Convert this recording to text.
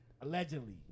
Allegedly